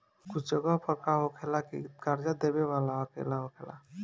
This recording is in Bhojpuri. कुछ जगह पर का होला की कर्जा देबे वाला अकेला होखेला